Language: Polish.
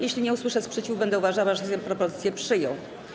Jeśli nie usłyszę sprzeciwu, będę uważała, że Sejm propozycję przyjął.